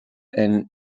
and